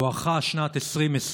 בואכה שנת 2020,